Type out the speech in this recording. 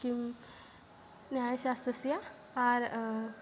किं न्यायशास्त्रस्य आर